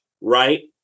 right